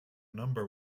number